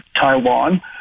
Taiwan